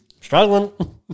Struggling